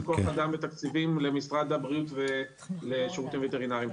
כוח אדם ותקציבים למשרד הבריאות ולשירותים הווטרינריים.